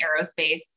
aerospace